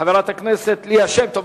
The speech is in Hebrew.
חברת הכנסת ליה שמטוב.